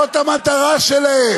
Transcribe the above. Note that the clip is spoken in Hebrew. הרב גפני, ומה המטרה שלך?